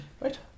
Right